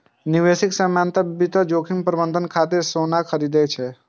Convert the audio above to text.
निवेशक सामान्यतः विविध जोखिम प्रबंधन खातिर सोना खरीदै छै